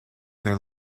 their